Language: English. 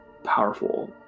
Powerful